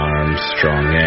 Armstrong